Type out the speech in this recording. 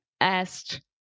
asked